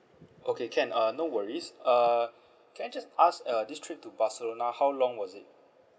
okay can uh no worries uh can I just ask uh this trip to barcelona how long was it